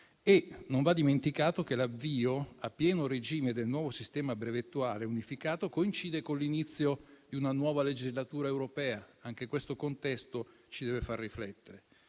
E non va dimenticato che l'avvio a pieno regime del nuovo sistema brevettuale unificato coincide con l'inizio di una nuova legislatura europea. Anche questo contesto ci deve far riflettere.